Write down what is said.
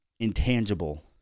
intangible